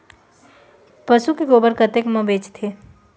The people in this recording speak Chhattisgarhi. पशु के गोबर कतेक म बेचाथे?